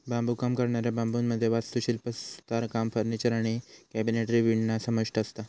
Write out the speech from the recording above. बांबुकाम करणाऱ्या बांबुमध्ये वास्तुशिल्प, सुतारकाम, फर्निचर आणि कॅबिनेटरी विणणा समाविष्ठ असता